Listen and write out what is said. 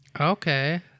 Okay